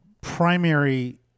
primary